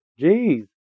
Jeez